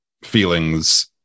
feelings